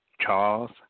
Charles